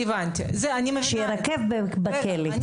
שיירקב בכלא.